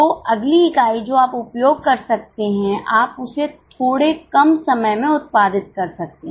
तो अगली इकाई जो आप उपयोग कर सकते हैं आप उसे थोड़े कम समय में उत्पादित कर सकते हैं